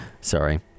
Sorry